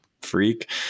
freak